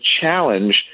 challenge